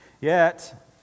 Yet